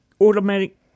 automatic